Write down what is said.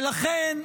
ולכן,